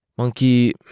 Monkey